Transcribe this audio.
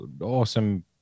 awesome